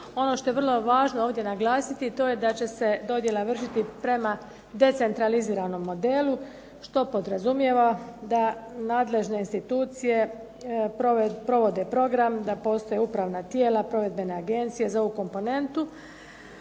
Ono što je vrlo važno ovdje naglasiti, a to je da će se dodjela vršiti prema decentraliziranom modelu, što podrazumijeva da nadležne institucije provode program, da postoje upravna tijela provedbene agencije za ovu komponentu.